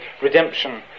redemption